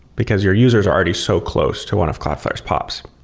because your users are already so close to one of cloudflare's pops.